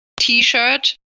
T-shirt